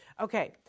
Okay